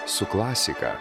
su klasika